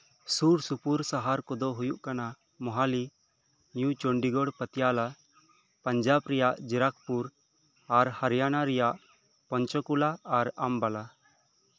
ᱥᱩᱨ ᱥᱩᱯᱩᱨ ᱥᱟᱦᱟᱨ ᱠᱚᱫᱚ ᱦᱩᱭᱩᱜ ᱠᱟᱱᱟ ᱢᱳᱦᱟᱞᱤ ᱱᱤᱭᱩ ᱪᱚᱱᱰᱤᱜᱚᱲ ᱯᱟᱛᱤᱭᱟᱞᱟ ᱯᱟᱧᱡᱟᱵᱽ ᱨᱮᱭᱟᱜ ᱡᱮᱨᱟᱠᱯᱩᱨ ᱟᱨ ᱦᱟᱨᱤᱭᱟᱱᱟ ᱨᱮᱭᱟᱜ ᱯᱚᱧᱪᱚᱠᱩᱞᱟ ᱟᱨ ᱟᱢᱵᱟᱞᱟ